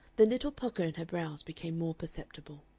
the little pucker in her brows became more perceptible.